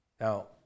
Now